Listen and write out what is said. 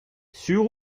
sur